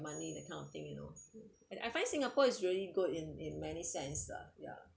money that kind of thing you know and I find singapore is really good in in many sense lah ya